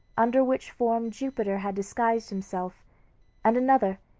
under which form jupiter had disguised himself and another,